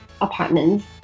Apartments